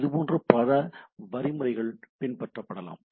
இதுபோன்ற பல வழிமுறைகளை பின்பற்றலாம்